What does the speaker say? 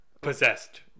possessed